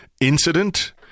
incident